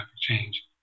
change